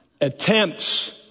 attempts